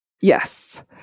Yes